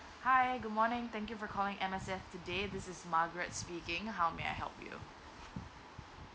hi good morning thank you for calling M_S_F today this is margaret speaking how may I help you